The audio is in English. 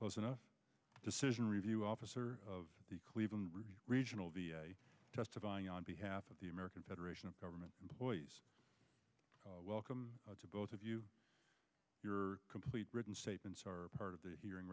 close enough decision review officer of the cleveland regional testifying on behalf of the american federation of government employees welcome to both of you your complete written statements are part of the hearing